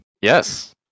Yes